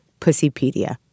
Pussypedia